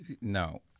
No